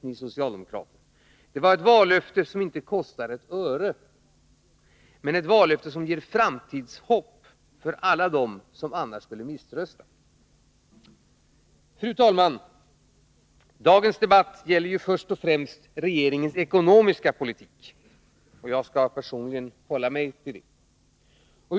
Ja, men det var ett vallöfte som inte kostar ett öre men ger framtidshopp för alla dem som annars skulle misströsta. Fru talman! Dagens debatt gäller först och främst regeringens ekonomiska politik, och jag personligen skall hålla mig till det.